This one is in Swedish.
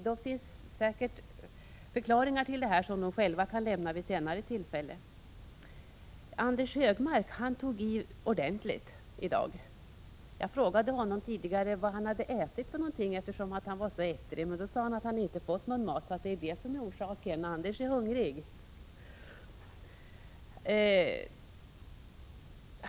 Det finns säkert förklaringar till detta som de själva kan lämna vid senare tillfälle. Anders G Högmark tog i ordentligt i dag. Jag frågade honom tidigare vad han hade ätit, eftersom han var så ettrig. Han sade då att han inte hade fått någon mat. Det är det som är orsaken — Anders är hungrig.